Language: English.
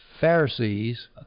Pharisees